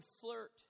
flirt